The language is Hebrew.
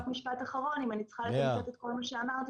רק משפט אחרון אם אני צריכה לסכם את כל מה שאמרתי,